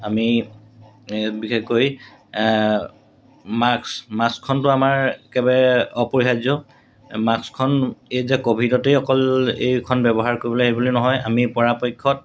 আমি বিশেষকৈ মাস্ক মাস্কখনটো আমাৰ একেবাৰে অপৰিহাৰ্য মাস্কখন এই যে ক'ভিডতেই অকল এইখন ব্যৱহাৰ কৰিবলৈ সেইবুলি নহয় আমি পৰাপক্ষত